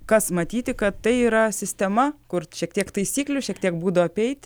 kas matyti kad tai yra sistema kur šiek tiek taisyklių šiek tiek būdų apeiti